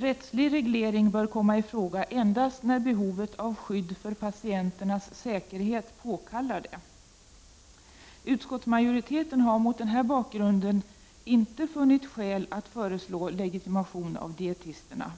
Rättslig reglering bör komma i fråga endast när behovet av skydd för patienternas säkerhet påkallar det. Utskottsmajoriteten har mot den bakgrunden inte funnit skäl att föreslå legitimation av dietisterna.